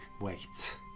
wait